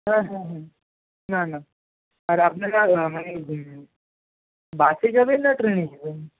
হ্যাঁ হ্যাঁ হ্যাঁ না না আর আপনারা মানে বাসে যাবেন না ট্রেনে যাবেন